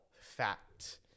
Fact